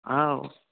आव्